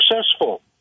successful